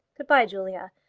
good-by, julia.